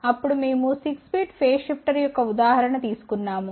అప్పుడు మేము 6 bit phase shifter యొక్క ఉదాహరణ తీసుకున్నాము